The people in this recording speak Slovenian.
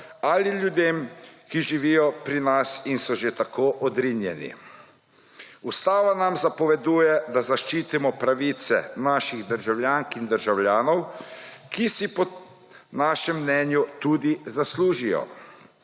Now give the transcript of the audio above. ali ljudem, ki živijo pri nas in so že tako odrinjeni. Ustava nam zapoveduje, da zaščitimo pravice naših državljank in državljanov, kar si po našem mnenju tudi zaslužijo.